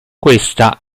questa